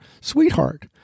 sweetheart